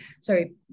Sorry